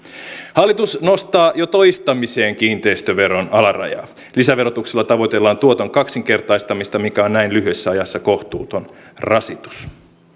hallitus nostaa jo toistamiseen kiinteistöveron alarajaa lisäverotuksella tavoitellaan tuoton kaksinkertaistamista mikä on näin lyhyessä ajassa kohtuuton rasitus